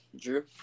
Drew